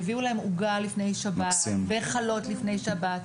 הביאו להם עוגה וחלות לפני שבת.